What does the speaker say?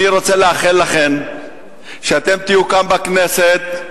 אני רוצה לאחל לכן שאתן תהיו כאן, בכנסת,